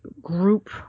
group